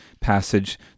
passage